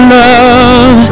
love